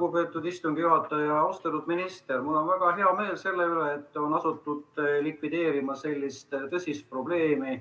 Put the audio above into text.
Lugupeetud istungi juhataja! Austatud minister! Mul on väga hea meel selle üle, et on asutud likvideerima sellist tõsist probleemi,